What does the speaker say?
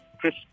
Chris